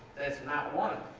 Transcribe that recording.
there's not one.